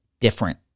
different